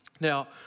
Now